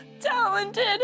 talented